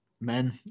men